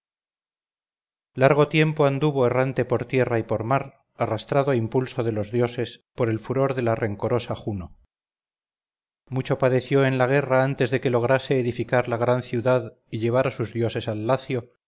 largo tiempo anduvo errante por tierra y por mar arrastrado a impulso de los dioses por el furor de la rencorosa juno mucho padeció en la guerra antes de que lograse edificar la gran ciudad y llevar a sus dioses al lacio